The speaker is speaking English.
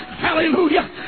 Hallelujah